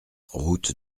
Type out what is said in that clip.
route